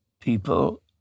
people